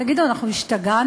תגידו, אנחנו השתגענו?